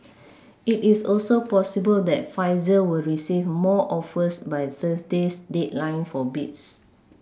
it is also possible that Pfizer will receive more offers by Thursday's deadline for bids